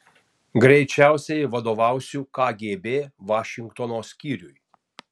greičiausiai vadovausiu kgb vašingtono skyriui